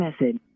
message